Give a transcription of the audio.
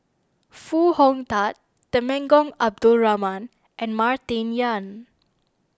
Foo Hong Tatt Temenggong Abdul Rahman and Martin Yan